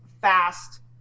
fast